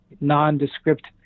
nondescript